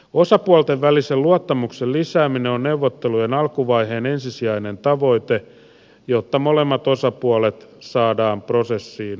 osapuolten välisen luottamuksen lisääminen on neuvottelujen alkuvaiheen ensisijainen tavoite jotta molemmat osapuolet saadaan prosessiin mukaan